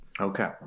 okay